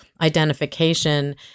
identification